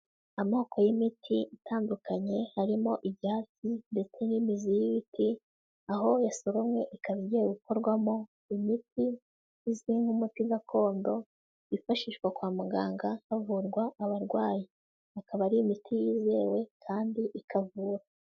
Amoko y'imiti itandukanye, harimo ibyatsi ndetse n'imizi y'ibiti, aho yasoromye ikaba igiye gukorwamo imiti, izwi nk'umuti gakondo wifashishwa kwa muganga havurwa abarwayi, akaba ari imiti yizewe kandi ikavura.